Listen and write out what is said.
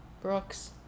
Brooks